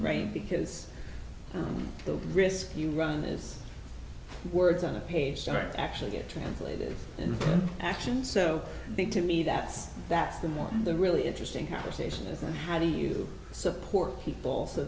right because the risk you run is words on a page start actually get translated into action so big to me that that's the more the really interesting conversation is on how do you support people so